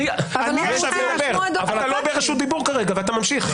אתה לא ברשות דיבור כרגע ואתה ממשיך.